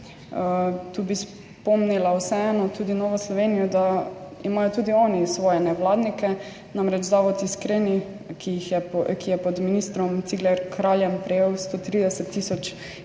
Tu bi spomnila vseeno tudi Novo Slovenijo, da imajo tudi oni svoje nevladnike, namreč Zavod Iskreni, ki je pod ministrom Ciglerjem Kraljem prejel 130 tisoč za